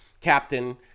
Captain